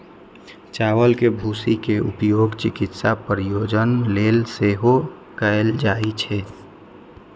चावल के भूसी के उपयोग चिकित्सा प्रयोजन लेल सेहो कैल जाइ छै